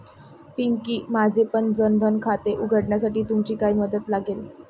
पिंकी, माझेपण जन धन खाते उघडण्यासाठी तुमची काही मदत लागेल